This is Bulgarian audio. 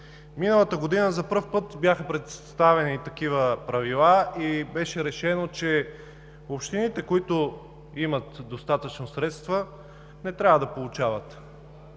Миналата година за пръв път бяха представени такива правила и беше решено, че общините, които имат достатъчно средства, не трябва да получават